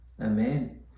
Amen